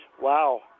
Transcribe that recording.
Wow